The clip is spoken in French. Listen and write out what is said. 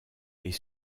est